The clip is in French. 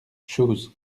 chooz